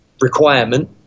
requirement